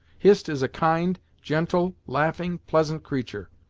hist is a kind, gentle, laughing, pleasant creatur',